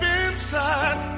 inside